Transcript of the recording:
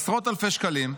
עשרות אלפי שקלים,